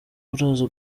uraza